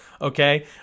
okay